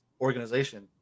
organization